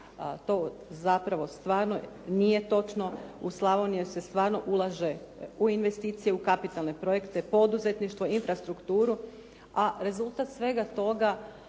To zapravo stvarno nije točno. U Slavoniju se stvarno ulaže u investicije, u kapitalne projekte, poduzetništvo, infrastrukturu a rezultat svega toga